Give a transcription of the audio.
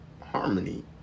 harmony